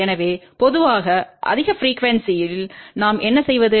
எனவே பொதுவாக அதிக ப்ரிக்யூவென்ஸிணில் நாம் என்ன செய்வது